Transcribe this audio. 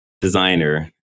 designer